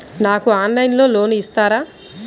నాకు ఆన్లైన్లో లోన్ ఇస్తారా?